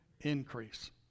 Increase